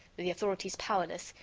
the authorities powerless,